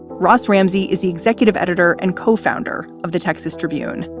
ross ramsey is the executive editor and co-founder of the texas tribune.